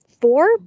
four